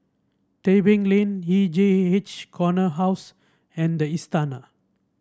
Tebing Lane E J H Corner House and the Istana